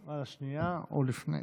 על השנייה או לפני.